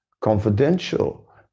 confidential